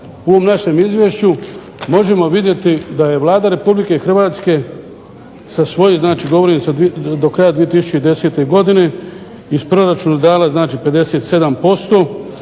u ovom izvješću možemo vidjeti da je Vlada Republike Hrvatske sa svoje, do kraja 2010. godine iz proračuna dala 57%